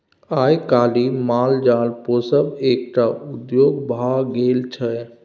आइ काल्हि माल जाल पोसब एकटा उद्योग भ गेल छै